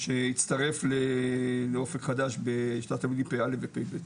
שיצטרף לאופק חדש בשנת הלימודים פ"א ופ"ב.